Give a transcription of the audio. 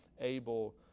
able